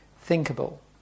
thinkable